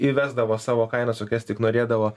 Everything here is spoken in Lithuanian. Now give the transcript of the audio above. įvesdavo savo kainas kokias tik norėdavo